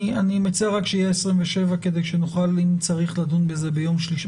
אני מציע שיהיה 27 כדי שנוכל אם צריך לדון בזה ביום שלישי.